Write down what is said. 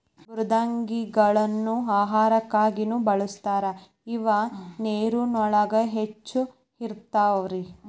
ಮೃದ್ವಂಗಿಗಳನ್ನ ಆಹಾರಕ್ಕಾಗಿನು ಬಳಸ್ತಾರ ಇವ ನೇರಿನೊಳಗ ಹೆಚ್ಚ ಇರತಾವ